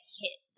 hit